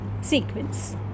sequence